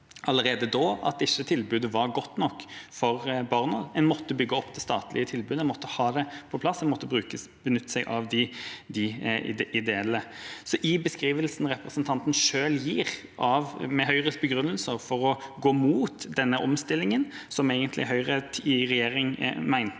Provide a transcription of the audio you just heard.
allerede da at tilbudet ikke var godt nok for barna. En måtte bygge opp det statlige tilbudet, en måtte ha det på plass, og en måtte benytte seg av de ideelle. I beskrivelsen representanten selv gir – med Høyres begrunnelser for å gå mot denne omstillingen, som Høyre i regjering egentlig